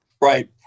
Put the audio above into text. Right